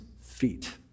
feet